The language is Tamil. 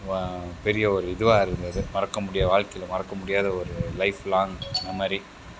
பெரிய ஒரு இதுவாக இருந்தது மறக்க முடியாத வாழ்க்கையில் மறக்க முடியாத ஒரு லைஃப் லாங் அந்தமாதிரி